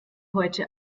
heute